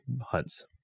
hunts